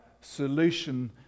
solution